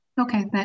Okay